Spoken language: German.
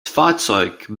fahrzeug